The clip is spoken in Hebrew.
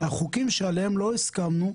החוקים שעליהם לא הסכמנו,